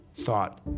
thought